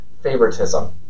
favoritism